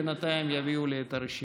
בינתיים יביאו לי את הרשימה.